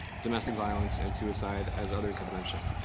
domestic violence and suicide as others have mentioned.